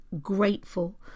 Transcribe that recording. grateful